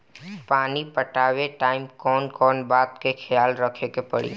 पानी पटावे टाइम कौन कौन बात के ख्याल रखे के पड़ी?